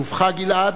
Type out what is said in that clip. שובך, גלעד,